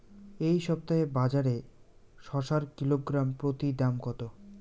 এই সপ্তাহে বাজারে শসার কিলোগ্রাম প্রতি দাম কত?